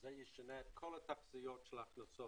שזה ישנה את כל התחזיות של ההכנסות